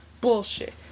Bullshit